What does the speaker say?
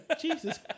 Jesus